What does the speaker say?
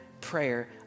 prayer